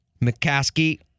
McCaskey